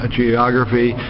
geography